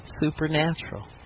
Supernatural